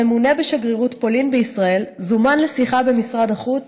הממונה בשגרירות פולין בישראל זומן לשיחה במשרד החוץ